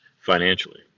financially